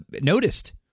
noticed